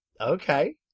okay